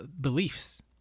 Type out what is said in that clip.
beliefs